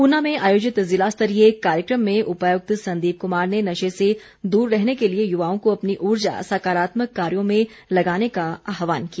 ऊना में आयोजित ज़िलास्तरीय कार्यक्रम में उपायुक्त संदीप कुमार ने नशे से दूर रहने के लिए युवाओं को अपनी ऊर्जा सकारात्मक कार्यों में लगाने का आह्वान किया